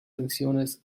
tensiones